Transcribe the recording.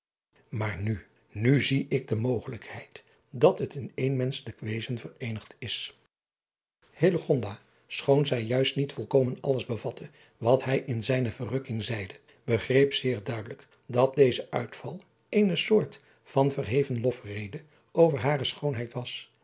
maar nu nu zie ik de mogelijkheid dat het in één menschelijk wezen vereenigd is schoon zij juist niet volkomen alles bevatte wat hij in zijne verrukking zeide begreep zeer duidelijk dat deze uitval eene soort van verheven losrede over hare schoonheid was